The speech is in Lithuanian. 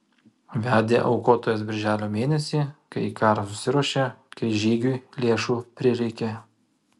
vedė aukotojas birželio mėnesį kai į karą susiruošė kai žygiui lėšų prireikė